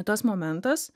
tas momentas